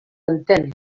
entén